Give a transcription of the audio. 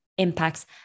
impacts